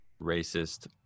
racist